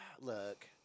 look